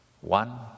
one